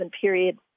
period